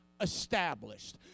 established